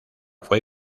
fue